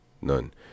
None